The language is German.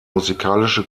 musikalische